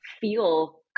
feel